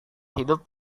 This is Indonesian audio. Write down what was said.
hidup